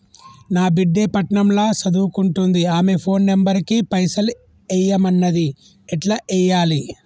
నా బిడ్డే పట్నం ల సదువుకుంటుంది ఆమె ఫోన్ నంబర్ కి పైసల్ ఎయ్యమన్నది ఎట్ల ఎయ్యాలి?